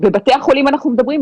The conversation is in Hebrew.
בבתי החולים אנחנו מדברים,